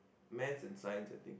math and science I think